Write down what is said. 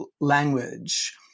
language